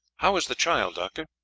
how is the child, doctor?